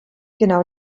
genau